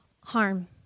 harm